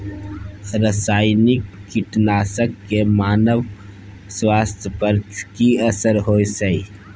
रसायनिक कीटनासक के मानव स्वास्थ्य पर की असर होयत छै?